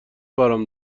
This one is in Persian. برام